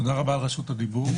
תודה רבה על רשות הדיבור.